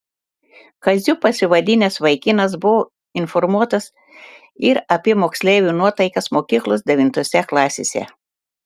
kaziu pasivadinęs vaikinas buvo informuotas ir apie moksleivių nuotaikas mokyklos devintose klasėse